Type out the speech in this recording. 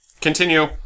Continue